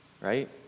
right